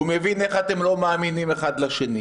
הוא מבין איך אתם לא מאמינים אחד לשני,